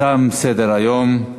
תם סדר-היום.